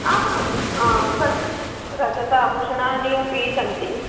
आमां सन्ति रजत आभूषणानि अपि सन्ति